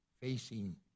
facing